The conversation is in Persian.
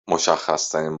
مشخصترین